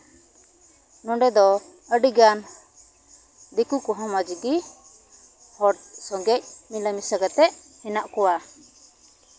ᱱᱚᱰᱮ ᱫᱚ ᱟᱹᱰᱤ ᱜᱟᱱ ᱫᱤᱠᱩ ᱠᱚᱦᱚᱸ ᱢᱚᱡᱽ ᱜᱮ ᱦᱚᱲ ᱥᱚᱝᱜᱮ ᱢᱮᱞᱟ ᱢᱮᱥᱟ ᱠᱟᱛᱮ ᱦᱮᱱᱟᱜ ᱠᱚᱣᱟ